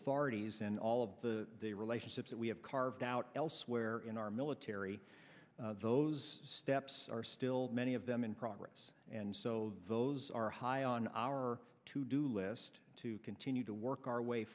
authorities and all of the relationships that we have carved out elsewhere in our military those steps are still many of them in progress and so those are high on our to do list to continue to work our way